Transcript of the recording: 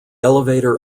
elevator